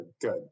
good